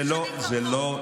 זה לא,